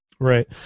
Right